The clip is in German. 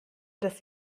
das